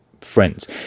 friends